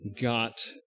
got